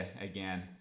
again